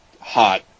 hot